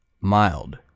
mild